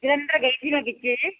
ਜਲੰਧਰ ਗਈ ਸੀ ਮੈਂ ਪਿੱਛੇ ਜਿਹੇ